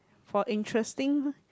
for interesting